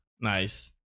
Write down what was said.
Nice